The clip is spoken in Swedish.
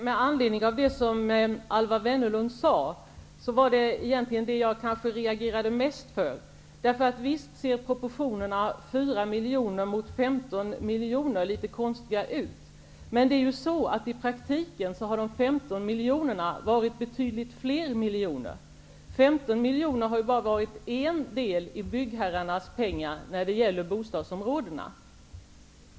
Fru talman! Det som Alwa Wennerlund sade var egentligen det som jag reagerade mest mot. Visst ser proportionerna, dvs. 4 miljoner mot 15 miljoner, litet konstiga ut. Men i praktiken har de 15 miljonerna varit betydligt fler miljoner. 15 miljoner har varit bara en del av byggherrarnas pengar när det gäller bostadsområdena.